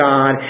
God